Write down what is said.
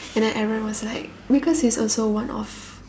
and then everyone was like because he's also one of